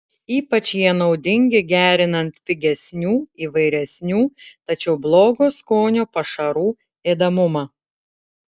ypač jie naudingi gerinant pigesnių įvairesnių tačiau blogo skonio pašarų ėdamumą